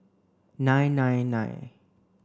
nine nine nine